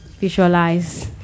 visualize